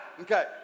okay